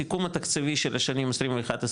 הסיכום התקציבי של השנים 21-22,